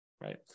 Right